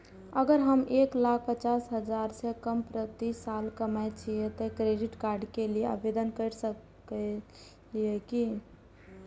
अगर हम एक लाख पचास हजार से कम प्रति साल कमाय छियै त क्रेडिट कार्ड के लिये आवेदन कर सकलियै की?